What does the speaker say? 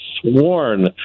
sworn